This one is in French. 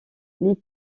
les